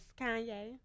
Kanye